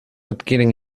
adquieren